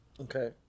Okay